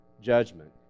judgment